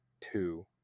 two